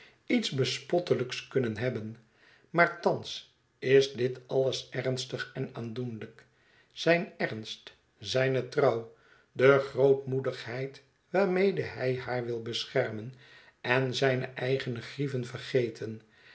iets bespottelijks kunnen hebben maar thans is dit alles ernstig en aandoenlijk zijn ernst zijne trouw de grootmoedigheid waarmede hij haar wil beschermen en zijne eigene grieven vergeten